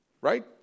right